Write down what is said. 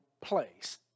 place